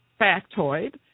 factoid